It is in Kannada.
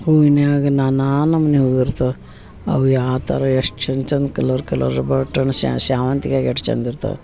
ಹೂವಿನ್ಯಾಗ ನಾನಾ ನಮೂನೆ ಹೂವು ಇರ್ತಾವೆ ಅವು ಯಾವ ಥರ ಎಷ್ಟು ಚಂದ ಚಂದ ಕಲರ್ ಕಲರ್ ಬಟನ್ ಶ್ಯಾವಂತಿಗೆಗೆ ಎಷ್ಟು ಚಂದ ಇರ್ತದ್